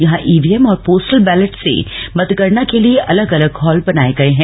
यहां ईवीएम और postal ballot से मतगणना के लिए अलग अलग हॉल बनाये गये हैं